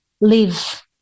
live